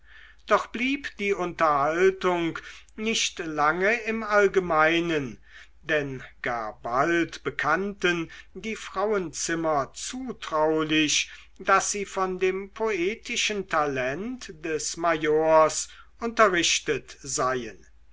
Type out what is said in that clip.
doch blieb die unterhaltung nicht lange im allgemeinen denn gar bald bekannten die frauenzimmer zutraulich daß sie von dem poetischen talent des majors unterrichtet seien